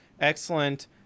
excellent